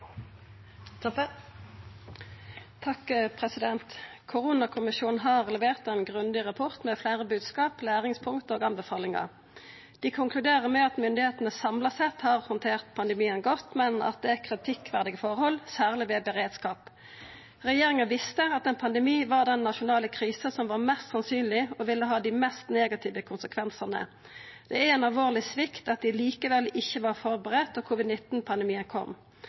Koronakommisjonen har levert ein grundig rapport med fleire bodskap, læringspunkt og anbefalingar. Dei konkluderer med at myndigheitene samla sett har handtert pandemien godt, men at det er kritikkverdige forhold, særleg ved beredskap. Regjeringa visste at ein pandemi var den nasjonale krisa som var mest sannsynleg og ville ha dei mest negative konsekvensane. Det er ein alvorleg svikt at dei likevel ikkje var førebudde då covid-19-pandemien kom.